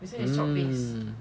mm